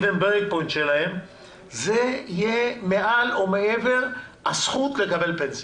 ה- event breakpoint שלהם זה יהיה מעל ומעבר הזכות לקבל פנסיה.